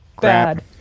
bad